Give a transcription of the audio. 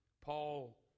Paul